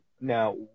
now